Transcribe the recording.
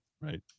right